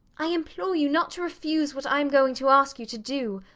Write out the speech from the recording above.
i implore you not to refuse what i am going to ask you to do.